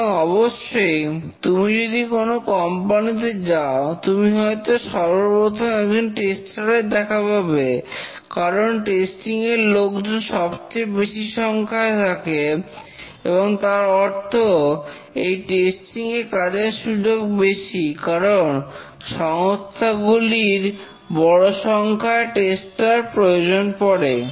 এবং অবশ্যই তুমি যদি কোন কোম্পানিতে যাও তুমি হয়তো সর্বপ্রথম একজন টেস্টার এর দেখা পাবে কারণ টেস্টিং এর লোকজন সবচেয়ে বেশি সংখ্যায় থাকে এবং তার অর্থ এই টেস্টিং এ কাজের সুযোগ বেশি কারণ সংস্থাগুলির বড় সংখ্যায় টেস্টার প্রয়োজন পড়ে